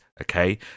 okay